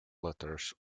letters